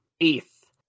eighth